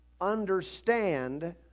Understand